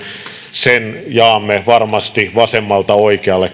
sen näkemyksen jaamme varmasti kaikki vasemmalta oikealle